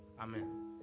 Amen